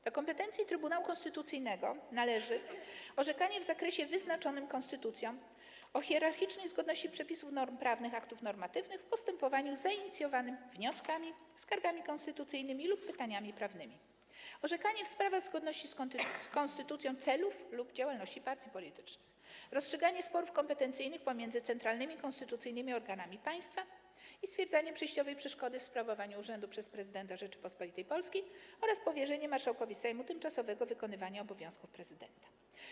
Do kompetencji Trybunału Konstytucyjnego należy: orzekanie w zakresie wyznaczonym konstytucją o hierarchicznej zgodności przepisów, norm prawnych aktów normatywnych w postępowaniu zainicjowanym wnioskami, skargami konstytucyjnymi lub pytaniami prawnymi; orzekanie w sprawach zgodności z konstytucją celów lub działalności partii politycznych; rozstrzyganie sporów kompetencyjnych pomiędzy centralnymi konstytucyjnymi organami państwa i stwierdzenie przejściowej przeszkody w sprawowaniu urzędu przez prezydenta Rzeczypospolitej Polskiej oraz powierzenie marszałkowi Sejmu tymczasowego wykonywania obowiązków prezydenta.